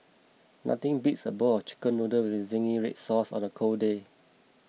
nothing beats a bowl of Chicken Noodles with Zingy Red Sauce on a cold day